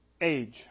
age